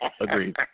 Agreed